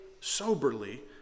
soberly